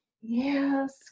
Yes